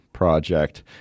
Project